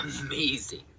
AMAZING